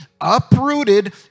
uprooted